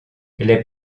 les